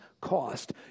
cost